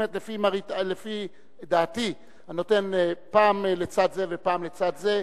לפי דעתי אני נותן פעם לצד זה ופעם לצד זה,